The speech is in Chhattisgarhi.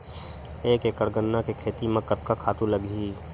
एक एकड़ गन्ना के खेती म कतका खातु लगही?